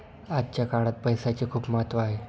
आजच्या काळात पैसाचे खूप महत्त्व आहे